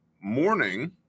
morning